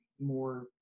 more